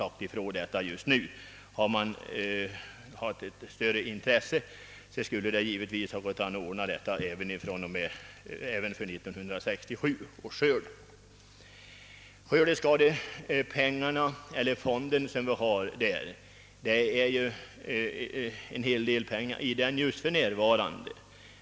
Om man hade haft större intresse för saken, skulle det givetvis ha gått att ordna det tidigare även beträffande 1967 års skörd. I skördeskadefonden finns för närvarande en hel del pengar.